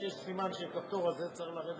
לקריאה